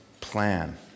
plan